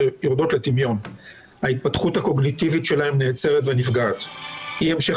יורדות לטמיון; ההתפתחות הקוגניטיבית שלהם נעצרת ונפגעת; אי המשך